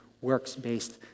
works-based